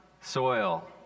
soil